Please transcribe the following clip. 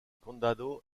condado